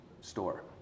store